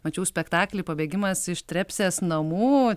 mačiau spektaklį pabėgimas iš trepsės namų